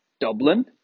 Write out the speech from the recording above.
Dublin